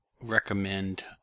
recommend